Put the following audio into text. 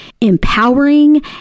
empowering